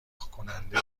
کننده